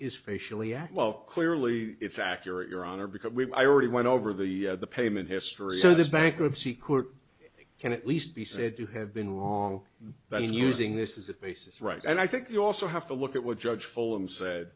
as well clearly it's accurate your honor because i already went over the payment history this bankruptcy court can at least be said to have been wrong but is using this as a basis right and i think you also have to look at what judge fullam said